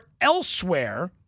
elsewhere